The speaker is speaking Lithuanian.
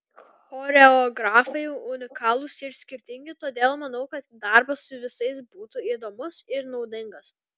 choreografai unikalūs ir skirtingi todėl manau kad darbas su visais būtų įdomus ir naudingas